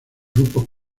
grupos